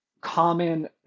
common